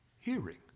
hearing